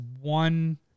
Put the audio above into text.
one